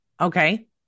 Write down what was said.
Okay